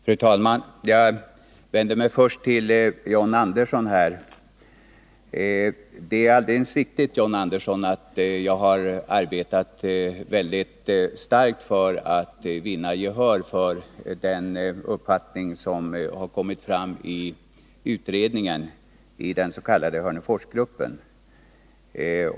Fru talman! Jag vänder mig först till John Andersson. Det är alldeles riktigt att jag har arbetat mycket starkt för att vinna gehör för den uppfattning som kommit fram i den utredning som gjorts av den s.k. Hörneforsgruppen.